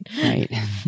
Right